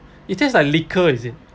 it tastes like liquor is it